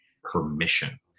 Permission